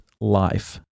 life